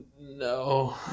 No